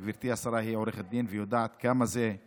גברתי השרה היא עורכת דין והיא יודעת כמה חשוב